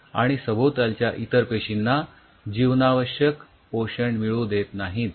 आणि सभोवतालच्या इतर पेशींना जीवनावश्यक पोषण मिळू देत नाहीत